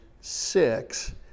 six